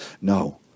No